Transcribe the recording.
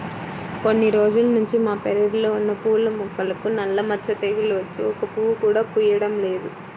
కొన్ని రోజుల్నుంచి మా పెరడ్లో ఉన్న పూల మొక్కలకు నల్ల మచ్చ తెగులు వచ్చి ఒక్క పువ్వు కూడా పుయ్యడం లేదు